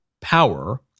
power